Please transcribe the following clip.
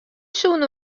soene